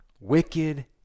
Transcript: wicked